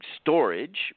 storage